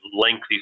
lengthy